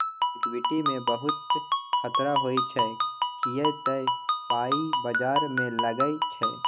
equity मे बहुत खतरा होइ छै किए तए पाइ बजार मे लागै छै